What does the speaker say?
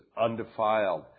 undefiled